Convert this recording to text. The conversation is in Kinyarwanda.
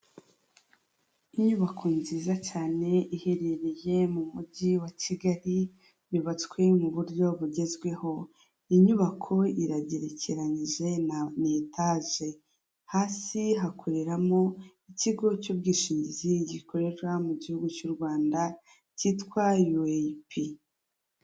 Inyubako nziza cyane iherereye mu mujyi wa Kigali yubatswe mu buryo bugezweho, inyubako iragerekeranyije ni etaje, hasi hakoreramo ikigo cy'ubwishingizi gikorera mu gihugu cy'u Rwanda cyitwa yuweyipi.